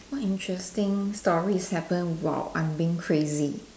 what interesting stories happen while I'm being crazy